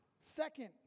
Second